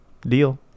deal